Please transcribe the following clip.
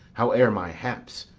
howe'er my haps,